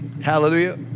Hallelujah